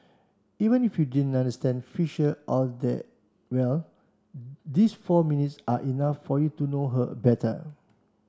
even if you didn't understand Fisher all that well these four minutes are enough for you to know her better